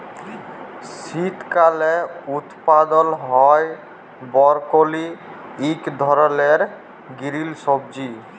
শীতকালে উৎপাদল হ্যয় বরকলি ইক ধরলের গিরিল সবজি